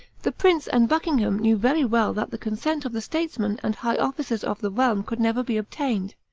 the prince and buckingham knew very well that the consent of the statesmen and high officers of the realm could never be obtained,